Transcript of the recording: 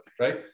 right